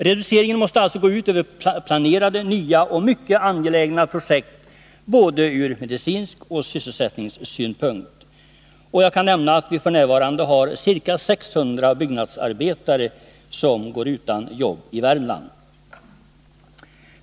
Reduceringen måste alltså gå ut över planerade projekt som är mycket angelägna både ur medicinsk synpunkt och ur sysselsättningssynpunkt. Jag kan nämna att vi f. n. har 600 byggnadsarbetare som går utan jobb i Värmland.